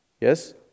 yes